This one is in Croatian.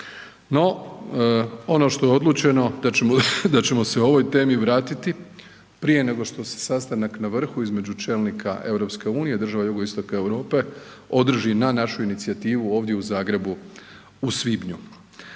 No ono što je odlučeno da ćemo se ovoj temi vratiti prije nego što se sastanak na vrhu između čelnika EU i država Jugoistoka Europe održi na našu inicijativu ovdje u Zagrebu u svibnju.